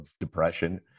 depression